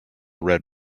red